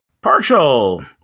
Partial